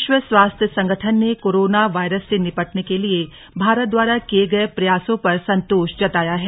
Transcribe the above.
विश्व स्वास्थ्य संगठन ने कोरोना वायरस से निपटने के लिए भारत द्वारा किये गये प्रयासों पर संतोष जताया है